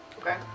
Okay